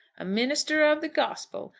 a minister of the gospel,